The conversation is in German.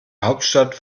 hauptstadt